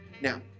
now